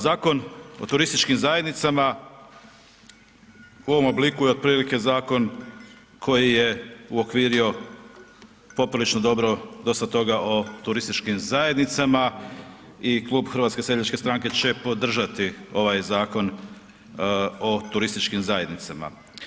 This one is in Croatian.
Zakon o turističkim zajednicama u ovom obliku je otprilike zakon koji je uokvirio poprilično dobro dosta toga o turističkim zajednicama i Klub HSS-a će podržati ovaj zakon o turističkim zajednicama.